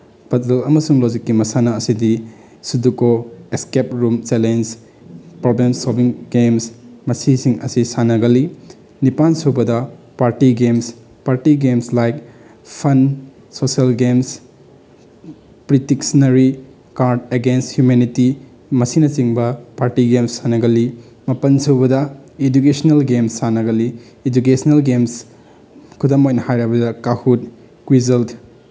puzzle ꯑꯃꯁꯨꯡ ꯂꯣꯖꯤꯛꯀꯤ ꯃꯁꯥꯟꯅ ꯑꯁꯤꯗꯤ ꯁꯨꯗꯨꯀꯣ escape room challenge problem solving games ꯃꯁꯤꯁꯤꯡ ꯑꯁꯤ ꯁꯥꯟꯅꯒꯜꯂꯤ ꯅꯤꯄꯥꯜꯁꯨꯕꯗ party games party games like fun social games Pictionary card against humanity ꯃꯁꯤꯅꯆꯤꯡꯕ ꯄꯥꯔꯇꯤ ꯒꯦꯝꯁ ꯁꯥꯟꯅꯒꯜꯂꯤ ꯃꯥꯄꯟꯁꯨꯕꯗ ꯏꯗꯨꯀꯦꯁꯟꯅꯦꯜ ꯒꯦꯝꯁ ꯁꯥꯟꯅꯒꯜꯂꯤ ꯏꯗꯨꯀꯦꯁꯟꯅꯦꯜ ꯒꯦꯝꯁ ꯈꯨꯗꯝ ꯑꯣꯏꯅ ꯍꯥꯏꯔꯕꯗ ꯀꯥꯍꯨꯠ ꯀꯨꯏꯖꯜ